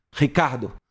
Ricardo